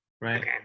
right